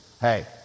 hey